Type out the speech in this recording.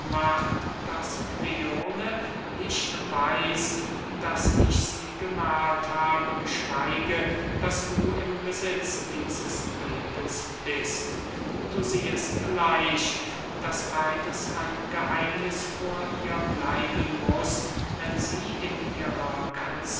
daß kleone nicht weiß daß ich sie gemahlt habe geschweige daß du im besitz dieses bildes bist du siehest leicht daß beides ein geheimniß vor ihr bleiben muß wenn sie in ihrer ganzen